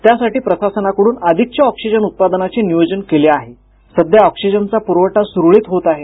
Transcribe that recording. त्यासाठी प्रशासनाकडून अधिकच्या ऑक्सिजन उत्पादनाचे नियोजन केले आहे सध्या ऑक्सिोजनचा पुरवठा सुरळीत होत आहे